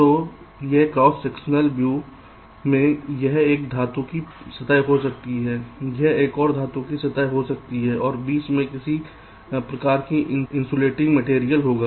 तो एक cross sectional view में यह एक धातु की सतह हो सकती है यह एक और धातु की सतह हो सकती है और बीच में किसी प्रकार की इन्सुलेट सामग्री होगी